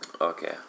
okay